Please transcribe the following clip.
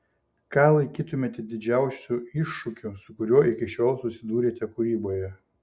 ką laikytumėte didžiausiu iššūkiu su kuriuo iki šiol susidūrėte kūryboje